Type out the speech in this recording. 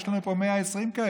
יש לנו פה 120 כאלה,